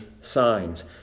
signs